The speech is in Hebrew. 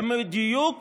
הן בדיוק